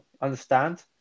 understand